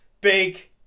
big